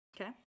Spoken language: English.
Okay